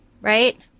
Right